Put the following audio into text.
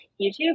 YouTube